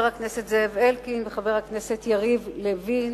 חבר הכנסת זאב אלקין וחבר הכנסת יריב לוין,